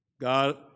God